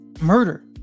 murder